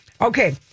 Okay